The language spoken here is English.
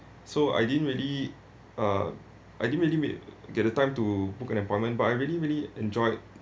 so I didn't really uh I didn't really get the time to book an appointment but I really really enjoyed